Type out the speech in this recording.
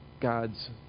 God's